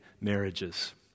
marriages